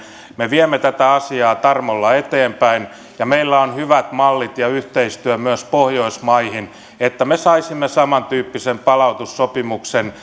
me viemme tätä asiaa tarmolla eteenpäin ja meillä on hyvät mallit ja yhteistyö myös pohjoismaihin että me saisimme samantyyppisen palautussopimuksen